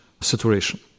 saturation